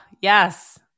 yes